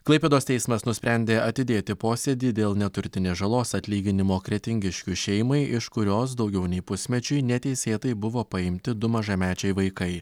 klaipėdos teismas nusprendė atidėti posėdį dėl neturtinės žalos atlyginimo kretingiškių šeimai iš kurios daugiau nei pusmečiui neteisėtai buvo paimti du mažamečiai vaikai